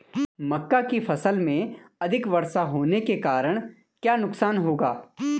मक्का की फसल में अधिक वर्षा होने के कारण क्या नुकसान होगा?